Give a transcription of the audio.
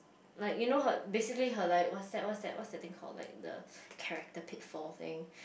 like you know her basically her like what's that what's that what's that thing called like the character pitfall thing